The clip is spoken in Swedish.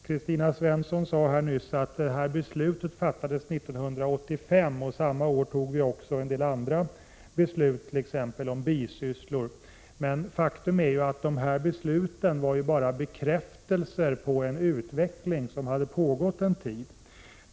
Kristina Svensson sade nyss att detta beslut fattades 1985. Samma år tog vi också en del andra beslut, t.ex. om bisysslor. Men faktum är att dessa beslut bara var bekräftelser på en utveckling som hade pågått en tid.